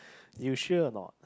you sure or not